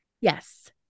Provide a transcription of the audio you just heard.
Yes